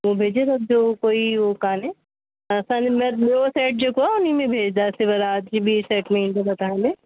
पोइ भेजे रखिजो कोई हो कोन्हे त असांजे पास ॿियो सैट जेको आहे उन में भेजदासीं वरी राति जी ॿी सैट में ईंदुव तव्हां ॾे